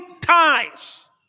ties